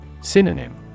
Synonym